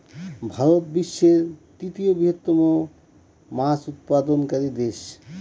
ভারত বিশ্বের তৃতীয় বৃহত্তম মাছ উৎপাদনকারী দেশ